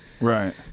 right